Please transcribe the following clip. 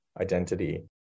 identity